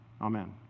Amen